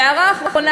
והערה אחרונה.